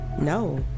No